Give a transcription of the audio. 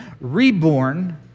reborn